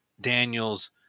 Daniels